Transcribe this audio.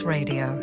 Radio